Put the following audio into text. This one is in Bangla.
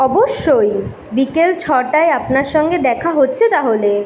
অবশ্যই বিকেল ছটায় আপনার সঙ্গে দেখা হচ্ছে তাহলে